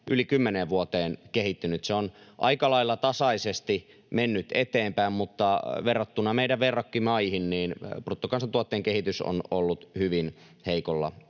vuoteen kehittynyt. Se on aika lailla tasaisesti mennyt eteenpäin, mutta verrattuna meidän verrokkimaihin bruttokansantuotteen kehitys on ollut hyvin heikolla